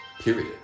period